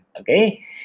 okay